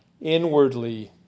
inwardly